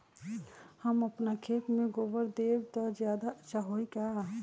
हम अपना खेत में गोबर देब त ज्यादा अच्छा होई का?